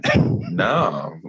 No